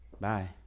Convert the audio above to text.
Bye